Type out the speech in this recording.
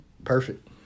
perfect